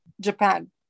japan